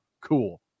cool